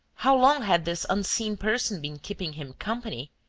how long had this unseen person been keeping him company?